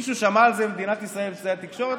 מישהו שמע על זה במדינת ישראל באמצעי התקשורת?